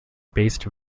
based